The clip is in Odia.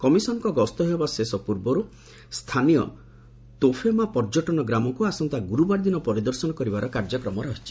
କମିଶନଙ୍କର ଗସ୍ତ ଶେଷ ହେବା ପୂର୍ବରୁ ସ୍ଥାନୀୟ ତୋଫେମା ପର୍ଯ୍ୟଟନ ଗ୍ରାମକୁ ଆସନ୍ତା ଗୁରୁବାର ଦିନ ପରିଦର୍ଶନ କରିବାର କାର୍ଯ୍ୟକ୍ରମ ରହିଛି